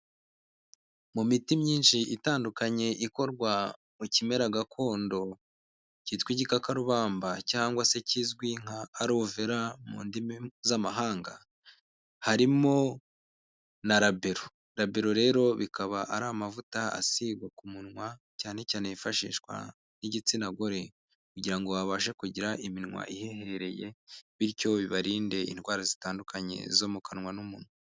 Mu miti myinshi itandukanye ikorwa mu kimera gakondo cyitwa igikakarubamba cyangwa se kizwi nka aruvera mu ndimi z'amahanga, harimo na rabero, rabero rero bikaba ari amavuta asigwa ku munwa cyane cyane yifashishwa n'igitsina gore kugira ngo babashe kugira iminwa ihehereye bityo bibarinde indwara zitandukanye zo mu kanwa n'umunwa.